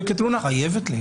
חייבת להיות.